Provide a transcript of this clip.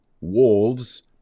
wolves